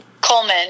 Coleman